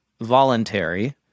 voluntary –